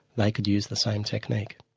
they could use the same technique.